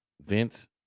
Vince